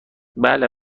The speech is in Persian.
بله